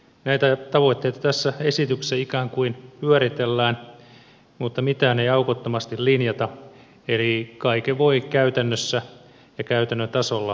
näitä tavoitteita tässä esityksessä ikään kuin pyöritellään mutta mitään ei aukottomasti linjata eli kaiken voi käytännössä ja käytännön tasolla kiertää